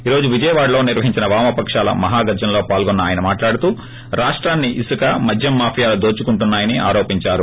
ఈ రోజు విజయవాడలో నిర్వహించిన వామపకాల మహాగర్జనలో పాల్గొన్న ఆయన మాట్లాడుతూ రాష్టాన్ని ఇసుక మద్యం మాఫియాలు దోచుకుంటున్నాయని ఆరోపిందారు